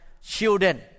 children